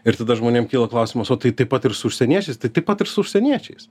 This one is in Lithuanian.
ir tada žmonėm kyla klausimas o tai taip pat ir su užsieniečiais tai taip pat ir su užsieniečiais